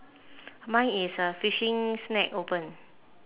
mine is a fishing snack open